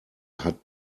hat